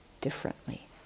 differently